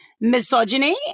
misogyny